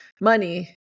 money